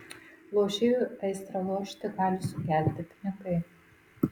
lošėjui aistrą lošti gali sukelti pinigai